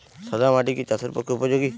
সাদা মাটি কি চাষের পক্ষে উপযোগী?